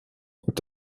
und